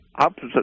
opposite